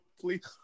please